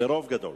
ברוב גדול.